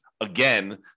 again